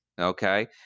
Okay